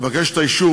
אבקש את האישור.